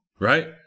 right